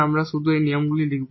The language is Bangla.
আমরা শুধু এখানে নিয়মগুলি লিখব